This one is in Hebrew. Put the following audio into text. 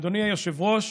אדוני היושב-ראש,